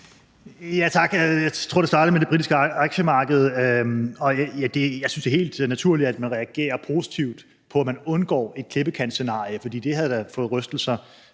Tak. Jeg tror, at det startede med det britiske aktiemarked, og jeg synes, det er helt naturligt, at man reagerer positivt på, at man undgår et klippekantsscenarie. For det havde da givet rystelser